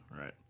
right